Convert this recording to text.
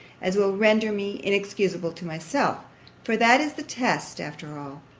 as will render me inexcusable to myself for that is the test, after all.